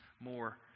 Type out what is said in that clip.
more